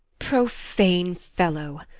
profane fellow!